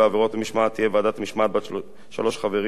יהיה ועדת משמעת בת שלושה חברים שימונו